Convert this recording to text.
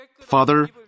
Father